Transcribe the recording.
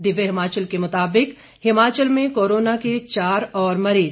दिव्य हिमाचल के मुताबिक हिमाचल में कोरोना के चार और मरीज